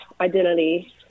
identity